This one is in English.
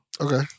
Okay